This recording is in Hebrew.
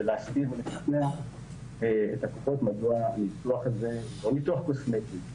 להסביר ולשכנע את הקופות מדוע הניתוח הזה הוא לא ניתוח קוסמטי.